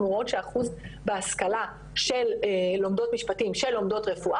אחוז בהשכלה של לומדות משפטים ושל לומדות רפואה